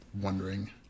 wondering